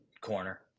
corner